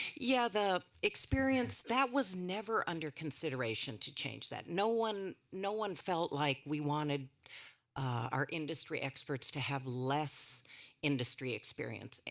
yeah. the experience that was never under consideration to change that. no one no one felt like we wanted our industry experts to have less industry experience.